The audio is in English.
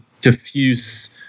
diffuse